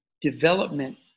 development